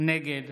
נגד